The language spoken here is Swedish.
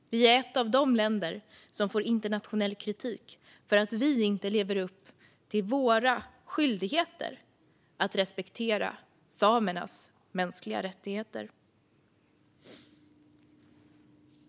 Vi är ett av de länder som får internationell kritik för att vi inte lever upp till våra skyldigheter att respektera samernas mänskliga rättigheter.